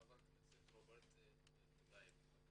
חבר הכנסת רוברט טיבייב בבקשה.